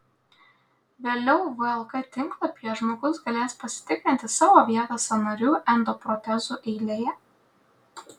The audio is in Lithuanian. vėliau vlk tinklalapyje žmogus galės pasitikrinti savo vietą sąnarių endoprotezų eilėje